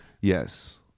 Yes